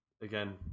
Again